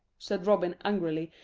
said robin angrily.